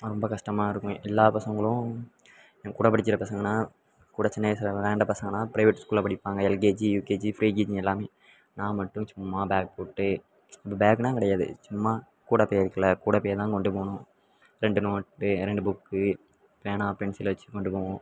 ரொம்ப கஷ்டமா இருக்குது எல்லா பசங்களும் என் கூட படிக்கிற பசங்களெல்லாம் கூட சின்ன வயிசில் விளாண்ட பசங்களெல்லாம் ப்ரைவேட் ஸ்கூலில் படிப்பாங்க எல்கேஜி யூகேஜி ஃப்ரீகேஜின்னு எல்லாமே நான் மட்டும் சும்மா பேக் போட்டு இப்போ பேகெல்லாம் கிடையாது சும்மா கூடைப்பை இருக்கில்ல கூடைப் பையைதான் கொண்டு போகணும் ரெண்டு நோட்டு ரெண்டு புக்கு பேனா பென்சில் வச்சு கொண்டு போவோம்